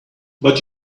but